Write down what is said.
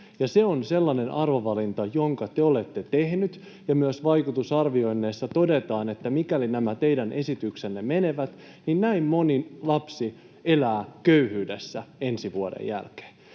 Se on sellainen arvovalinta, jonka te olette tehneet, ja myös vaikutusarvioinneissa todetaan, että mikäli nämä teidän esityksenne menevät läpi, niin näin moni lapsi elää köyhyydessä ensi vuoden jälkeen.